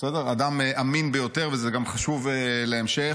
אדם אמין ביותר וזה גם חשוב להמשך.